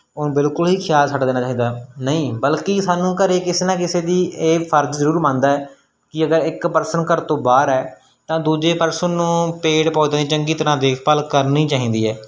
ਓਹ ਬਿਲਕੁਲ ਜੀ ਖਿਆਲ ਛੱਡ ਦੇਣਾ ਚਾਹੀਦਾ ਨਹੀਂ ਬਲਕਿ ਸਾਨੂੰ ਘਰ ਕਿਸੇ ਨਾ ਕਿਸੇ ਦਾ ਇਹ ਫਰਜ਼ ਜ਼ਰੂਰ ਬਣਦਾ ਕਿ ਅਗਰ ਇੱਕ ਪਰਸਨ ਘਰ ਤੋਂ ਬਾਹਰ ਹੈ ਤਾਂ ਦੂਜੇ ਪਰਸਨ ਨੂੰ ਪੇੜ ਪੌਦਿਆਂ ਦੀ ਚੰਗੀ ਤਰ੍ਹਾਂ ਦੇਖਭਾਲ ਕਰਨੀ ਚਾਹੀਦੀ ਹੈ